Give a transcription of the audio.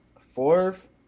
Fourth